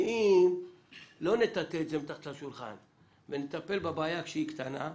ואם לא נטאטא את זה מתחת לשולחן ונטפל בבעיה כשהיא קטנה,